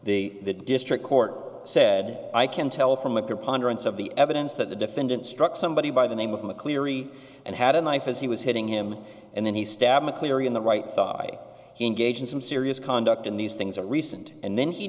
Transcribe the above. record the district court said i can tell from a preponderance of the evidence that the defendant struck somebody by the name of mccleary and had a knife as he was hitting him and then he stabbed mccleary in the right saw i engage in some serious conduct and these things are recent and then he